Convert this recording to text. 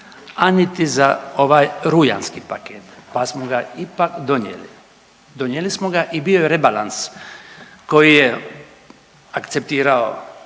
a niti za ovaj rujanski paket pa smo ga ipak donijeli. Donijeli smo ga i bio je rebalans koji je akceptirao